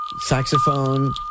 Saxophone